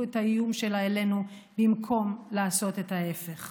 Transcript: את האיום שלה אלינו במקום לעשות את ההפך.